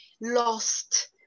lost